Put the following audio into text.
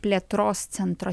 plėtros centro